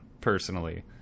Personally